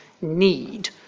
need